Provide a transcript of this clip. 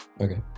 Okay